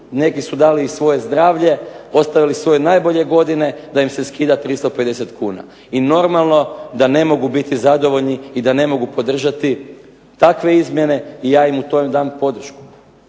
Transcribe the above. neki su dali i svoje zdravlje, ostavili svoje najbolje godine da im se skida 350 kuna. I normalno da ne mogu biti zadovoljni i da ne mogu podržati takve izmjene i ja im u tome dam podršku.